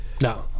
no